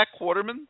Quarterman